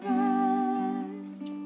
rest